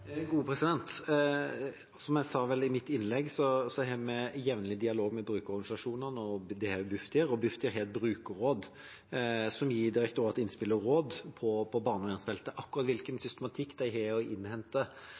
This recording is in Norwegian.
Som jeg vel sa i mitt innlegg, har vi jevnlig dialog med brukerorganisasjonene og Bufdir. Bufdir har et brukerråd som gir direktoratet innspill og råd på barnevernsfeltet. Akkurat hvilken